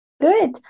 Good